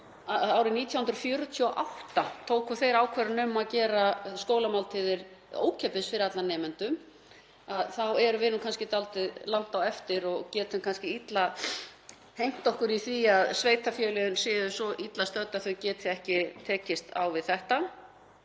árið 1948 sem þeir tóku ákvörðun um að gera skólamáltíðir ókeypis fyrir alla nemendur, þá erum við kannski dálítið langt á eftir og getum kannski illa hengt okkur í það að sveitarfélögin séu svo illa stödd að þau geti ekki tekist á við þetta.